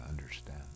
understand